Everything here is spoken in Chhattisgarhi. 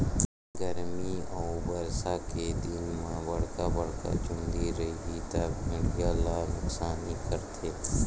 गरमी अउ बरसा के दिन म बड़का बड़का चूंदी रइही त भेड़िया ल नुकसानी करथे